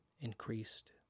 increased